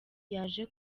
yaje